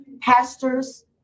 Pastors